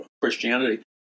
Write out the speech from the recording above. Christianity